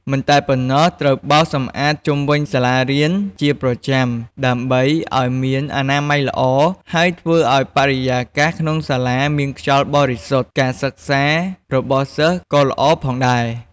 មិនតែប៉ុណ្ណោះត្រូវបោសសម្អាតជុំវិញសាលារៀនជាប្រចាំដើម្បីឲ្យមានអនាម័យល្អហើយធ្វើឲ្យបរិយាកាសក្នុងសាលាមានខ្យល់បរិសុទ្ធ ការសិក្សារបស់សិស្សក៏ល្អផងដែរ។